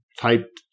typed